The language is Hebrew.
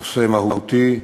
נושא מהותי,